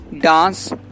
dance